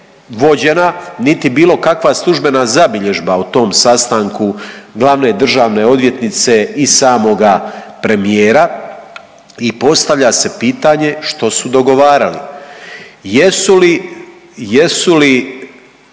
niti bilo kakva služba zabilježba o tom sastanku glavne državne odvjetnice i samoga premijera i postavlja se pitanje što su dogovarali. Jesu li,